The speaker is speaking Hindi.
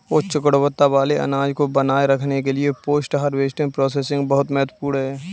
उच्च गुणवत्ता वाले अनाज को बनाए रखने के लिए पोस्ट हार्वेस्ट प्रोसेसिंग बहुत महत्वपूर्ण है